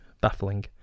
baffling